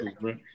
bro